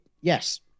Yes